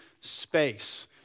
Space